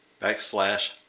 Backslash